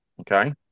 Okay